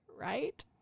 Right